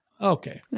Okay